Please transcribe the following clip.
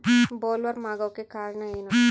Bollworm ಆಗೋಕೆ ಕಾರಣ ಏನು?